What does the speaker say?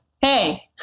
Hey